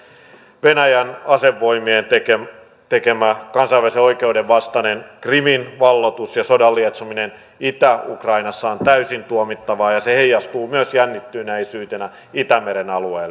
venäjän asevoimien tekemä kansainvälisen oikeuden vastainen krimin valloitus ja sodan lietsominen itä ukrainassa on täysin tuomittavaa ja se heijastuu myös jännittyneisyytenä itämeren alueelle